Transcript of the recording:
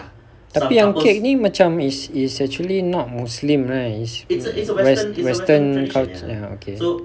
tapi yang cake ni is is actually not a muslim right is west western culture ya okay